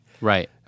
Right